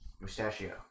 Mustachio